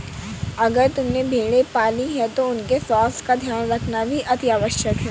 अगर तुमने भेड़ें पाली हैं तो उनके स्वास्थ्य का ध्यान रखना भी अतिआवश्यक है